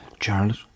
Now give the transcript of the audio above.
Charlotte